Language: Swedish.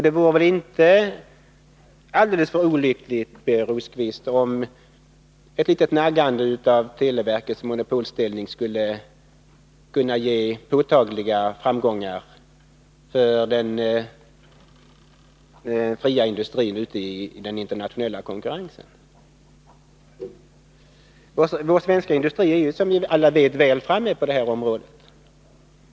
Det vore väl inte helt olyckligt, Birger Rosqvist, om ett litet naggande i televerkets monopolställning skulle ge påtagliga framgångar för den fria industrin i den internationella konkurrensen. Vår svenska industri är, som vi alla vet, väl framme på detta område.